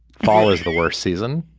fall is the worst season